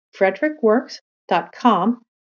frederickworks.com